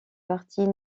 parties